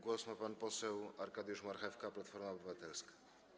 Głos ma pan poseł Arkadiusz Marchewka, Platforma Obywatelska.